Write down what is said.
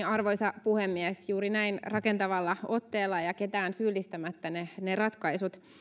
arvoisa puhemies juuri näin rakentavalla otteella ja ja ketään syyllistämättä ne ne ratkaisut